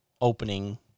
opening